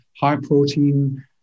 high-protein